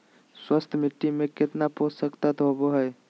स्वस्थ मिट्टी में केतना पोषक तत्त्व होबो हइ?